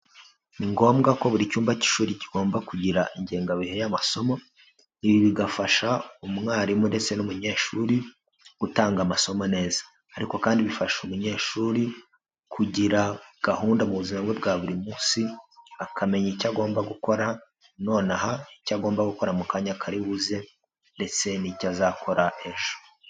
Ni ngombwa ko buri cyumba cy'ishuri kigomba kugira ingengabihe y'amasomo, ibi bigafasha umwarimu ndetse n'umunyeshuri gutanga amasomo neza. Ariko kandi bifasha umunyeshuri kugira gahunda mu buzima bwe bwa buri munsi, akamenya icyo agomba gukora nonaha, icyo agomba gukora mu kanya kari buze ndetse n'icyo azakora ejo.